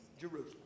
Jerusalem